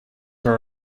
her